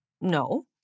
No